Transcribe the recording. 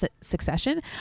succession